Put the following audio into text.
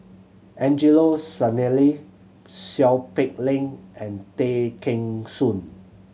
Angelo Sanelli Seow Peck Leng and Tay Kheng Soon